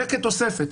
זה כתוספת.